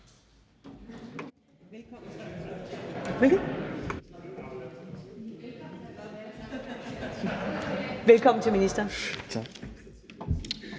Velkommen til ministeren.